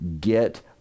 get